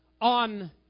on